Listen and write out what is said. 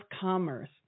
Commerce